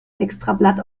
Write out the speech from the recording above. extrablatt